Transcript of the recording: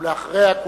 ולאחריה,